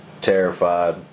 terrified